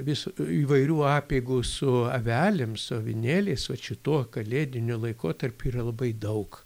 visu įvairių apeigų su avelėm su avinėliais vat šituo kalėdiniu laikotarpiu yra labai daug